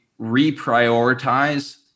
reprioritize